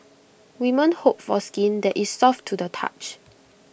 women hope for skin that is soft to the touch